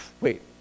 Wait